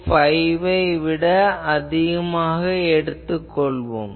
05வை விட அதிகமாக எடுத்துக் கொள்வோம்